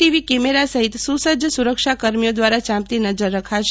TV camera સહિત સુસજજ સુરક્ષા કર્મીઓ દ્વારા ચાંપતી નજર રખાશે